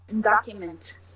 document